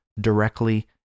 directly